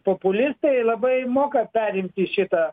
populistai labai moka perimti šitą